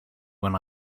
when